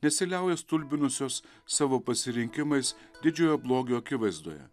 nesiliauja stulbinusios savo pasirinkimais didžiojo blogio akivaizdoje